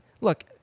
Look